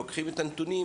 לוקחים את הנתונים,